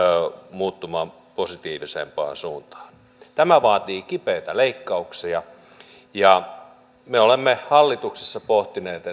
muuttumaan positiivisempaan suuntaan tämä vaatii kipeitä leikkauksia ja me olemme hallituksessa pohtineet